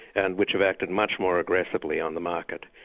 and which have acted much more aggressively on the market.